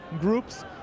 groups